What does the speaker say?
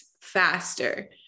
faster